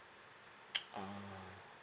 ah